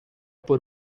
por